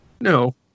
No